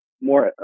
more